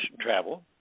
Travel